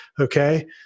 Okay